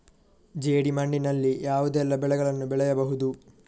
ಜೇಡಿ ಮಣ್ಣಿನಲ್ಲಿ ಯಾವುದೆಲ್ಲ ಬೆಳೆಗಳನ್ನು ಬೆಳೆಯಬಹುದು?